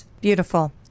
Beautiful